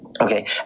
Okay